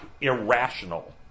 irrational